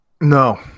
No